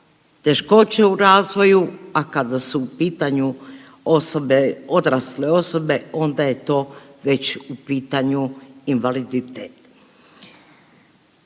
teškoće u razvoju, a kada su u pitanju osobe, odrasle osobe, onda je to već u pitanju invaliditet.